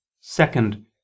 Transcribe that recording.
Second